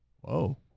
Whoa